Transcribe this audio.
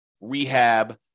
rehab